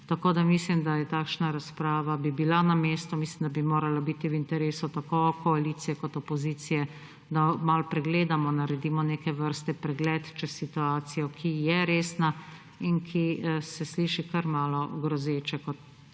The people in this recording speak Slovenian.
dobrin. Mislim, da bi takšna razprava bila na mestu, mislim, da bi moralo biti v interesu tako koalicije kot opozicije, da malo pregledamo, naredimo neke vrste pregled čez situacijo, ki je resna in ki se sliši kar malo grozeče, ko